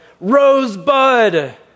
Rosebud